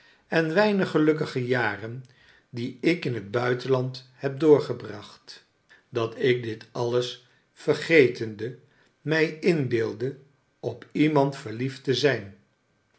en weinig gelukkige jaren die ik in het buitenland heb doorgebracht dat ik dit alles vergetende mij inbeeldde op iemand verliefd te zijn